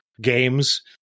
games